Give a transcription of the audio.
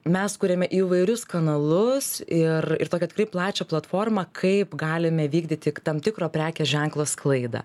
mes kuriame įvairius kanalus ir ir tokią tikrai plačią platformą kaip galime vykdyti tam tikro prekės ženklo sklaidą